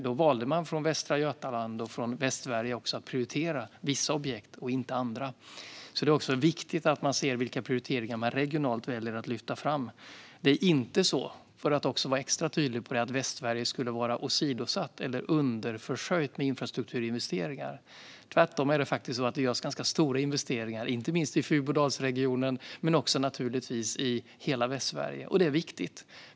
Då valde man i Västra Götaland och Västsverige att prioritera vissa objekt, men inte andra. Det är viktigt att se vilka prioriteringar man regionalt väljer att lyfta fram. Låt mig vara extra tydlig. Det är inte så att Västsverige skulle vara åsidosatt eller underförsörjt med infrastrukturinvesteringar. Tvärtom görs det faktiskt ganska stora investeringar, inte minst i Fyrbodalsregionen och i hela Västsverige. Det är viktigt.